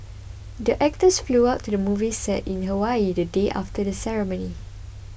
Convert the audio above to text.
the actors flew out to the movie set in Hawaii the day after the ceremony